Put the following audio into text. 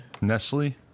Nestle